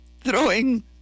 throwing